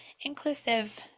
inclusive